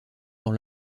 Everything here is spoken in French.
dans